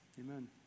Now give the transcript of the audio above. amen